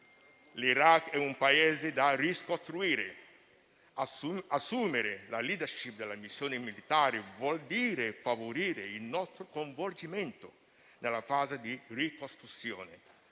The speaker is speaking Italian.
L'Iraq è un Paese da ricostruire e assumere la *leadership* della missione militare vuol dire favorire il nostro coinvolgimento nella fase di ricostruzione.